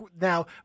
now